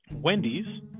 Wendy's